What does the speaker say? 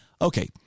Okay